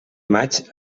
maig